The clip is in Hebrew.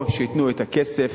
או שייתנו את הכסף